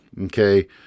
okay